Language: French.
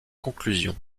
conclusions